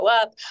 up